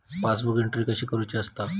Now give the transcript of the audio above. Passbook entry कशी करुची असता?